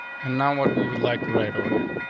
and now what we would like to right over here.